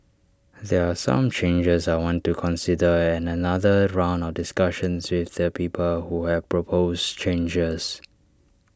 there are some changes I want to consider and another round of discussions with the people who have proposed changes